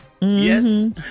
yes